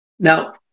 Now